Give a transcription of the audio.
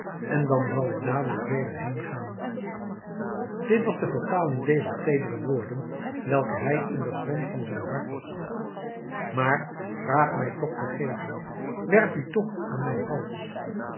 en dan zal ik dadelijk weder heengaan dit was de vertaling dezer teedere woorden welke hij in den grond van zijn hart had maar vraag mij toch vergeving werp u toch aan mijn hals